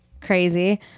crazy